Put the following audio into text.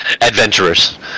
adventurers